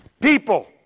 People